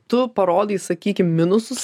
tu parodai sakykim minusus